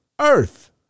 earth